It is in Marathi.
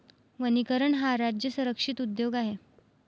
वनीकरण हा राज्य संरक्षित उद्योग आहे